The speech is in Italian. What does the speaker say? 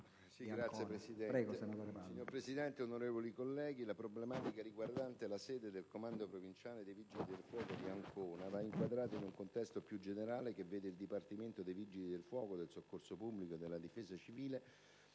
l'interno*. Signor Presidente, onorevoli colleghi, la problematica riguardante la sede del comando provinciale dei Vigili del fuoco di Ancona va inquadrata in un contesto più generale, che vede il Dipartimento dei Vigili del fuoco, del soccorso pubblico e della difesa civile